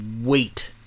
wait